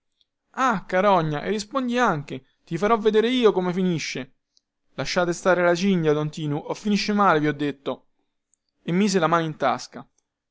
ah carogna e rispondi anche ti farò vedere io come finisce lasciate stare la cinghia don tinu o finisce male vi ho detto e mise la mano in tasca